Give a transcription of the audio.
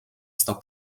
está